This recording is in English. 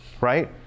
Right